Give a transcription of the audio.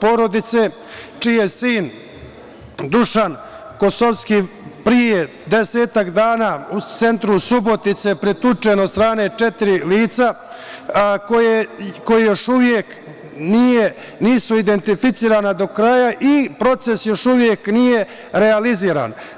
porodice čiji je sin Dušan Kosovski pre deseta dana u centru Subotice pretuče od strane četiri lica, koji još uvek nisu identifikovana do kraja i proces još uvek nije realiziran.